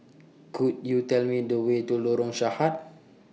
Could YOU Tell Me The Way to Lorong Sarhad